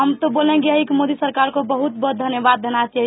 हम तो बोलेंगे यही कि मोदी सरकार को बहुत बहुत धन्यवाद देना चाहिए